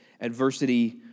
adversity